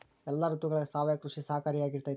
ಎಲ್ಲ ಋತುಗಳಗ ಸಾವಯವ ಕೃಷಿ ಸಹಕಾರಿಯಾಗಿರ್ತೈತಾ?